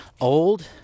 old